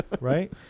right